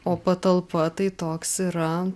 o patalpa tai toks yra